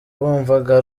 bumvaga